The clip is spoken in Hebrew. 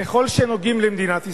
ככל שהם נוגעים למדינת ישראל,